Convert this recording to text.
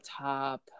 top